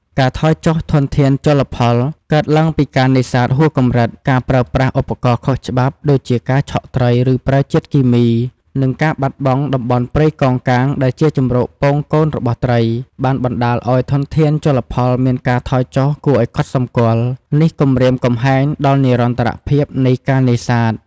ការថយចុះធនធានជលផល កើតឡើងពីការនេសាទហួសកម្រិត ការប្រើប្រាស់ ឧបករណ៍ខុសច្បាប់ ដូចជាការឆក់ត្រី ឬប្រើជាតិគីមី និងការបាត់បង់ តំបន់ព្រៃកោងកាង ដែលជាជម្រកពងកូនរបស់ត្រី បានបណ្តាលឱ្យធនធានជលផលមានការថយចុះគួរឱ្យកត់សម្គាល់ នេះគំរាមកំហែងដល់និរន្តរភាពនៃការនេសាទ។